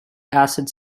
acid